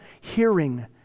hearing